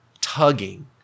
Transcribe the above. tugging